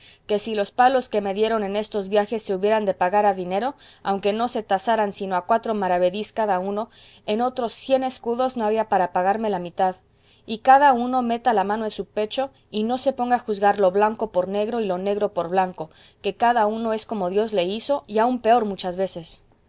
que si los palos que me dieron en estos viajes se hubieran de pagar a dinero aunque no se tasaran sino a cuatro maravedís cada uno en otros cien escudos no había para pagarme la mitad y cada uno meta la mano en su pecho y no se ponga a juzgar lo blanco por negro y lo negro por blanco que cada uno es como dios le hizo y aun peor muchas veces